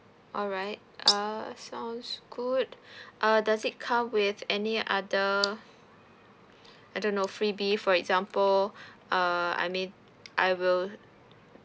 alright err sounds good uh does it come with any other I don't know freebie for example err I mean I will